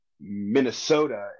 Minnesota